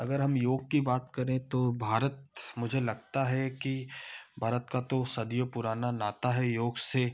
अगर हम योग की बात करें तो भारत मुझे लगता है कि भारत का तो सदियों पुराना नाता है योग से